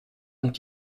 und